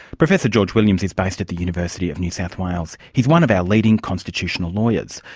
professor george williams is based at the university of new south wales. he's one of our leading constitutional lawyers,